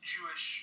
Jewish